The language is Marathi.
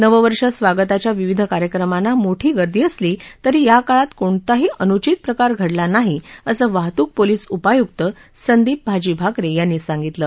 नवंवर्ष स्वागताच्या विविध कार्यक्रमांना मोठी गर्दी असली तरी या काळात कोणताही अनुषित प्रकार घडला नाही असं वाहतूक पोलिस उपायुक्त संदीप भाजीभाकरे यांनी सांगितलं